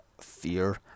fear